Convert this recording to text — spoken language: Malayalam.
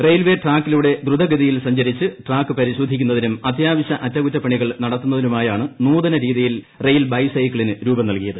റെയിൽവേ ട്രാക്കിലൂടെ ദ്രുതഗതിയിൽ സഞ്ചരിച്ച് ട്രാക്ക് പരിശോധിക്കുന്നതിനും അത്യാവശ് അറ്റകുറ്റപ്പണികൾ നടത്തുന്നതിനുമായാണ് നൂതനരീതിയിൽ റെയിൽ ബൈസൈക്കിളിന് രൂപം നൽകിയത്